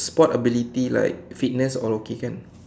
sports ability like fitness all okay kan